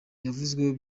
yavuzweho